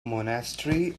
monastery